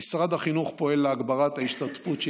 משרד החינוך פועל להגברת ההשתתפות של